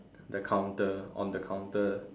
the counter on the counter